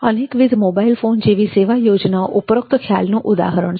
અનેકવિધ mobile phone સેવા યોજનાઓ ઉપરોક્ત ખ્યાલનુ ઉદાહરણ છે